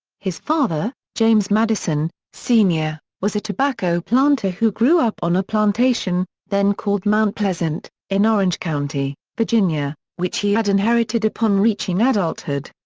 his father, james madison, sr, was a tobacco planter who grew up on a plantation, then called mount pleasant, in orange county, virginia, which he had inherited upon reaching adulthood.